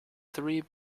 three